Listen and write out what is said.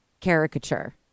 caricature